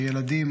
הילדים,